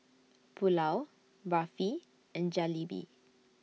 Pulao Barfi and Jalebi